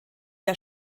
der